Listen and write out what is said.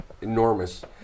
enormous